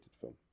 Film